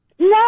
No